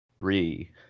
three